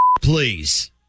please